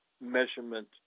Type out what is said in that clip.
measurement